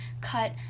cut